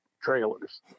trailers